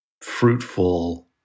fruitful